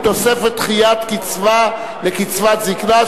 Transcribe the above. מסגרות חוץ-ביתיות לילדים נזקקים),